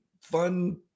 fun